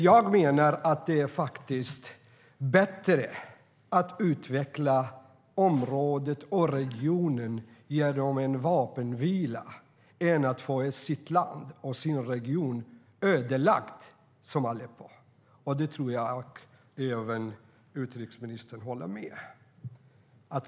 Jag menar att det är bättre att utveckla området och regionen genom en vapenvila än att få sitt land och sin region ödelagda som i Aleppo. Det tror jag att även utrikesministern håller med om.